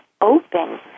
open